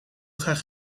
graag